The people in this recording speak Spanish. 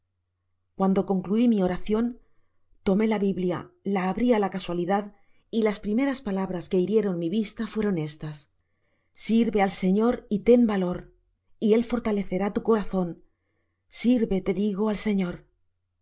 cuando conclui mi oracion tomé la biblia la abri á la casualidad y las primeras palabras que hirieron mi vista fueron estas sirve al señor y ten valor y él fortalecerá tu corazon sirve te digo al señor